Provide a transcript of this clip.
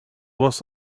was